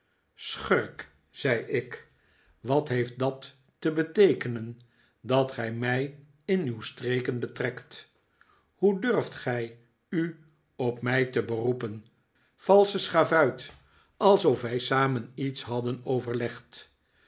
schurk zei ik wat heeft dat te beteekenen dat gij mij in uw streken betrekt hoe durft gij u op mij te beroepen valsche schavuit alsof wij samen iets hadden overlegd